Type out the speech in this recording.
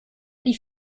die